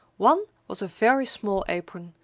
one was a very small apron.